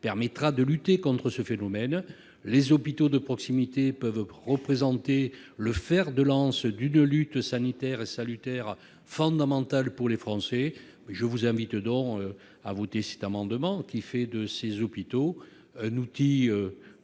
permettra de lutter contre ce phénomène. Les hôpitaux de proximité peuvent représenter le fer de lance d'une lutte sanitaire salutaire et fondamentale pour les Français. Je vous invite donc, mes chers collègues, à voter pour cet amendement, qui tend à faire de ces hôpitaux un outil de lutte